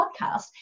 podcast